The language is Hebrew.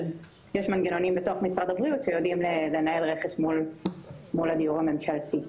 אז יש בתוך משרד הבריאות מנגנונים שיודעים לנהל רכש מול הדיור הממשלתי.